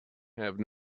have